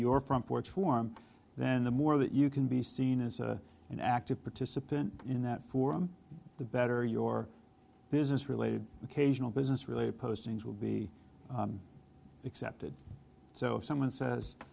your front porch form then the more that you can be seen as an active participant in that forum the better your business related occasional business related postings will be accepted so if someone says